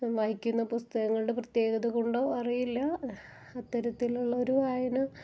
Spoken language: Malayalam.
വായിക്കുന്ന പുസ്തകങ്ങളുടെ പ്രത്യേകത കൊണ്ടോ അറിയില്ല അത്തരത്തിലുള്ളൊരു വായന